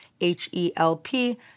H-E-L-P